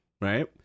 right